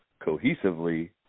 cohesively